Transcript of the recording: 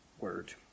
word